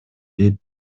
дейт